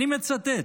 אני מצטט: